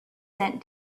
sent